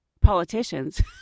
politicians